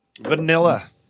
Vanilla